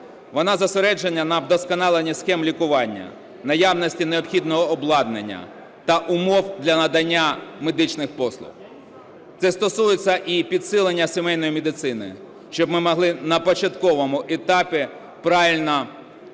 Вона зосереджена на вдосконаленні схем лікування, наявності необхідного обладнання та умов для надання медичних послуг. Це стосується і підсилення сімейної медицини, щоб ми могли на початковому етапі правильно виявляти